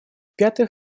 пятых